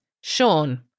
Sean